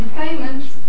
payments